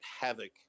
havoc